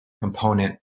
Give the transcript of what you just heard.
component